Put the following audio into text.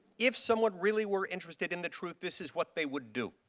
if someone really were interested in the truth, this is what they would do.